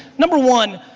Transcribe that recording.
number one,